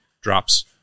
drops